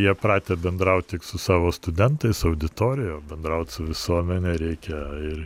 jie pratę bendraut tik su savo studentais auditorijoje o bendrauti su visuomene reikia ir